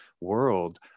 world